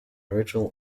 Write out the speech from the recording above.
original